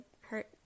hurt